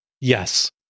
Yes